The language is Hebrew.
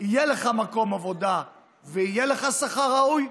יהיה לך מקום עבודה ושכר ראוי,